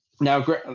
Now